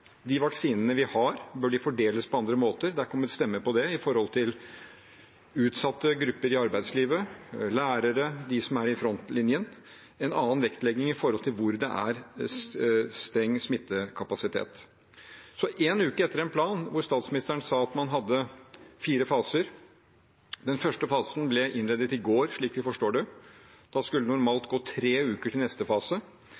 De vaksinene vi har, bør de fordeles på andre måter? Det er kommet stemmer om det når det gjelder utsatte grupper i arbeidslivet, lærere, de som er i frontlinjen – en annen vektlegging med hensyn til hvor det er stor smittefare. Det er én uke etter en plan hvor statsministeren sa at man hadde fire faser. Den første fasen ble innledet i går, slik vi forstår det – da skulle